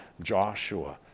Joshua